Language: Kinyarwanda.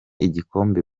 igikombe